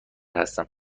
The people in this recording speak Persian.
هستم